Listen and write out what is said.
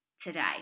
today